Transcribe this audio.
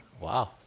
Wow